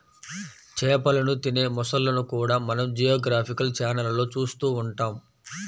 చేపలను తినే మొసళ్ళను కూడా మనం జియోగ్రాఫికల్ ఛానళ్లలో చూస్తూ ఉంటాం